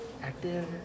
Active